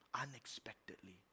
Unexpectedly